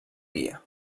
dia